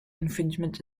infringement